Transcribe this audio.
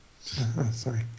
Sorry